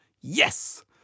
yes